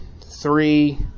three